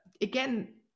Again